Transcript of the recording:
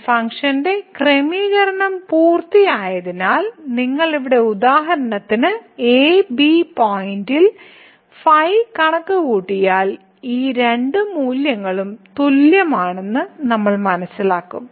ഈ ഫംഗ്ഷന്റെ ക്രമീകരണം പൂർത്തിയായതിനാൽ നിങ്ങൾ ഇവിടെ ഉദാഹരണത്തിന് a b പോയിന്റിൽ കണക്കുകൂട്ടിയാൽ ഈ രണ്ട് മൂല്യങ്ങളും തുല്യമാണെന്ന് നമ്മൾ മനസ്സിലാക്കും